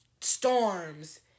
storms